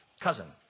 cousin